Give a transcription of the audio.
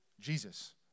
Jesus